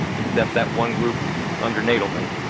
except that one group under nadelman.